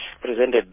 presented